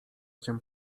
cię